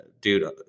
dude